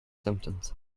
symptoms